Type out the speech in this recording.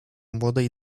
młodej